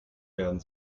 werden